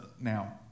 now